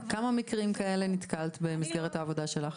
בכמה מקרים כאלו את נתקלת המסגרת העבודה שלך?